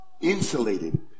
insulated